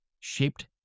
Shaped